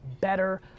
better